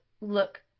look